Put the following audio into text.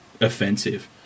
offensive